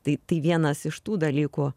tai tai vienas iš tų dalykų